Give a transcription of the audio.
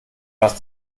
hast